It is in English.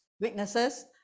Witnesses